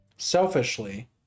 selfishly